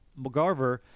McGarver